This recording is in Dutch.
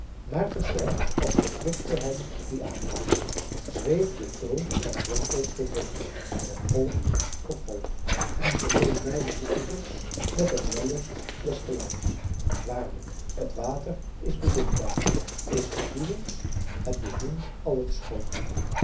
maar versterkt als verkwikte hem die aanraking zweeft de toon van rimpel tot rimpel van golf tot golf en vervult beide de oevers met den wellust des geluids waarlijk het water is bezintuigd is gevoelig het bemint al het schoone